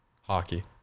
Hockey